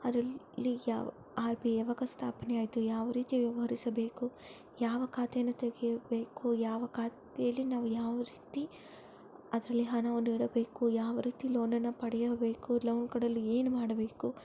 ಅದ್ರಲ್ಲಿ ಯಾವ R B ಯಾವಾಗ ಸ್ಥಾಪನೆ ಆಯಿತು ಯಾವ ರೀತಿ ವ್ಯವಹರಿಸಬೇಕು ಯಾವ ಖಾತೆಯನ್ನು ತೆಗೆಯಬೇಕು ಯಾವ ಖಾತೆಯಲ್ಲಿ ನಾವು ಯಾವ ರೀತಿ ಅದರಲ್ಲಿ ಹಣವನ್ನು ಇಡಬೇಕು ಯಾವ ರೀತಿ ಲೋನನ್ನು ಪಡೆಯಬೇಕು ಲೋನ್ ಕೊಡಲು ಏನ್ಮಾಡ್ಬೇಕು